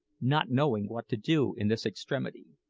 not knowing what to do in this extremity.